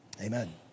Amen